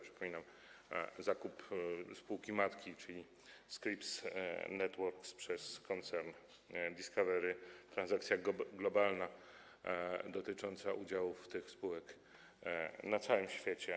Przypominam, że zakup spółki matki, czyli Scripps Networks, przez koncern Discovery to transakcja globalna dotycząca udziału tych spółek na całym świecie.